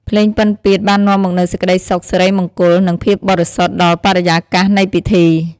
ភ្លេងពិណពាទ្យបាននាំមកនូវសេចក្ដីសុខ សិរីមង្គល និងភាពបរិសុទ្ធដល់បរិយាកាសនៃពិធី។